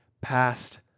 Past